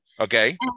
Okay